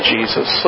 Jesus